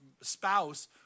spouse